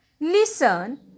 Listen